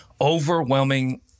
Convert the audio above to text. overwhelming